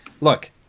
look